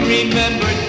Remember